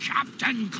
Captain